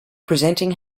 presenting